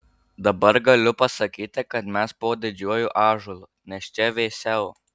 dabar galiu pasakyti kad mes po didžiuoju ąžuolu nes čia vėsiau